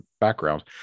background